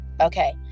Okay